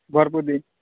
ᱵᱷᱚᱨᱛᱩᱠᱤ